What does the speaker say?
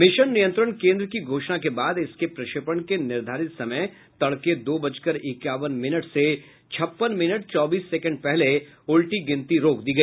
mission नियंत्रण केन्द्र की घोषणा के बाद इसके प्रक्षेपण के निर्धारित समय तड़के दो बजकर इक्यावन मिनट से छप्पन मिनट चौबीस सेकंड पहले उल्टी गिनती को रोक दिया गया